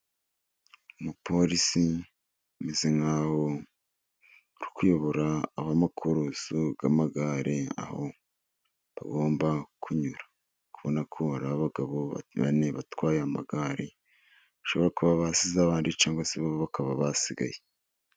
Umupolisi umeze nk'aho ari kuyobora aba makurusi y'amagare aho bagomba kunyura, uri kubonako ari abagabo bane batwaye amagare , bashobora kuba basize abandi cyangwa se bo bakaba basigaye.